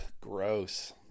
gross